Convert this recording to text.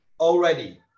Already